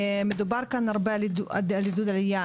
מדובר כאן הרבה על עידוד עלייה,